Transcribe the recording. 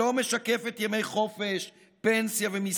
שלא משקפת ימי חופש, פנסיה ומיסים.